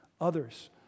others